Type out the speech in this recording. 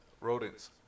Rodents